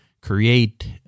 create